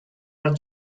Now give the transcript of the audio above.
are